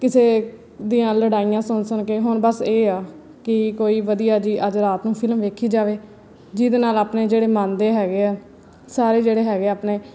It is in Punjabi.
ਕਿਸੇ ਦੀਆਂ ਲੜਾਈਆਂ ਸੁਣ ਸੁਣ ਕੇ ਹੁਣ ਬਸ ਇਹ ਆ ਕਿ ਕੋਈ ਵਧੀਆ ਜਿਹੀ ਅੱਜ ਰਾਤ ਨੂੰ ਫਿਲਮ ਵੇਖੀ ਜਾਵੇ ਜਿਹਦੇ ਨਾਲ ਆਪਣੇ ਜਿਹੜੇ ਮਨ ਦੇ ਹੈਗੇ ਆ ਸਾਰੇ ਜਿਹੜੇ ਹੈਗੇ ਆਪਣੇ